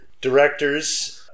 directors